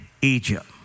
Egypt